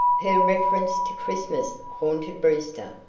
her reference to christmas haunted brewster,